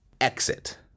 exit